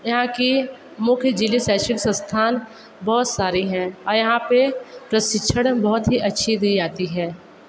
यहाँ की मुख्य जिले शैक्षिक संस्थान बहुत सारे हैं और यहाँ पे प्रशिक्षण बहुत ही अच्छी दी जाती है